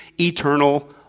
eternal